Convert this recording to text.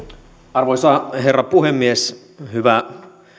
arvoisa herra puhemies hyvä